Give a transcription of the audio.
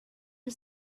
you